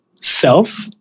self